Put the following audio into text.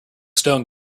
stone